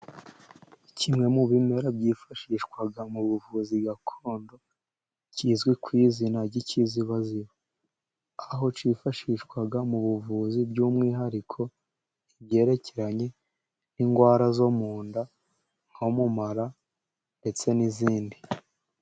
Kimwe mu bimera byifashishwa mu buvuzi gakondo kizwi ku izina ry'ikizibazi, aho cyifashishwa mu buvuzi by'umwihariko ibrekeranye n'indwara zo mu nda, nko mu mara ndetse n'izindi.